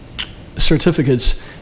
certificates